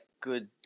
good